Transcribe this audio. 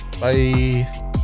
Bye